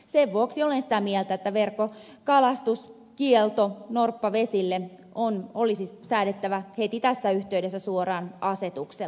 sen vuoksi olen sitä mieltä että verkkokalastuskielto norppavesille olisi säädettävä heti tässä yhteydessä suoraan asetuksella